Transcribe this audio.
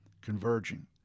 converging